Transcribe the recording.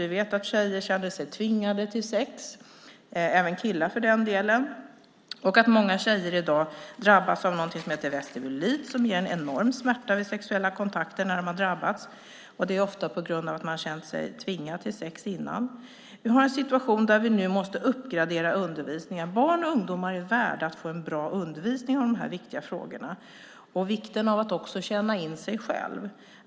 Vi vet att tjejer känner sig tvingade till sex - även killar, för den delen - och att många tjejer i dag drabbas av någonting som heter vestibulit, som ger enorm smärta vid sexuella kontakter när de har drabbats, och det är ofta på grund av att man har känt sig tvingad till sex innan. Vi har en situation där vi nu måste uppgradera undervisningen. Barn och ungdomar är värda att få en bra undervisning i de här viktiga frågorna, och jag vill framhålla vikten av att också känna in sig själv.